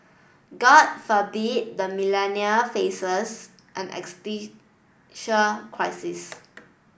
god forbid the Millennial faces an crisis